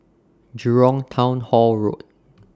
Jurong Town Hall Road